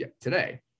today